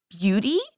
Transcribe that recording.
Beauty